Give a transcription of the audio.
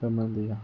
നമ്മളെന്താ ചെയ്യുക